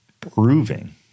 proving